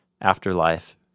afterlife